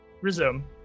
resume